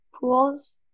pools